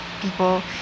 people